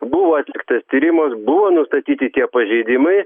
buvo atliktas tyrimas buvo nustatyti tie pažeidimai